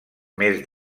més